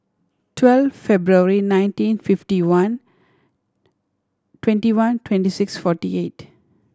twelve February nineteen fifty one twenty one twenty six forty eight